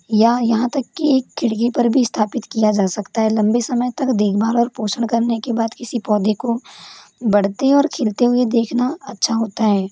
या यहाँ तक कि खिड़की पर भी स्थापित किया जा सकता है लंबे समय तक देखभाल और पोषण करने के बाद किसी पौधे को बढ़ते और खिलते हुए देखना अच्छा होता है